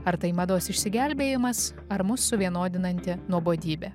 ar tai mados išsigelbėjimas ar mus suvienodinanti nuobodybė